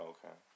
Okay